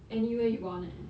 anywhere you want eh